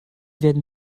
werden